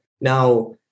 Now